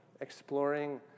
exploring